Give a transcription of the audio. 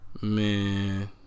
man